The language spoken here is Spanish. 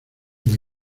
muy